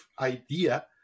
idea